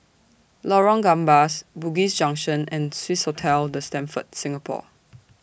Lorong Gambas Bugis Junction and Swissotel The Stamford Singapore